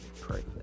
pray